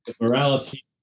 Morality